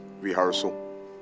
rehearsal